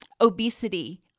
obesity